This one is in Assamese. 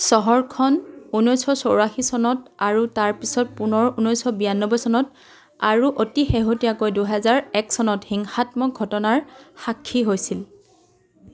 চহৰখন ঊনৈছশ চৌৰাশী চনত আৰু তাৰপিছত পুনৰ ঊনৈছশ বিৰানব্বৈ চনত আৰু অতি শেহতীয়াকৈ দুহেজাৰ এক চনত হিংসাত্মক ঘটনাৰ সাক্ষী হৈছিল